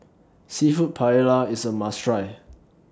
Seafood Paella IS A must Try